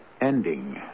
ending